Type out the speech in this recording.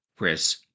Chris